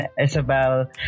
Isabel